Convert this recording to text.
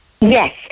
Yes